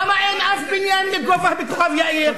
למה אין אף בניין לגובה בכוכב-יאיר?